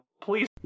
Please